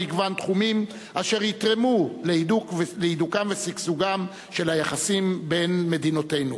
במגוון תחומים אשר יתרמו להידוקם ושגשוגם של היחסים בין מדינותינו.